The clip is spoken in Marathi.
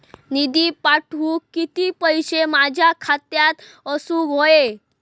निधी पाठवुक किती पैशे माझ्या खात्यात असुक व्हाये?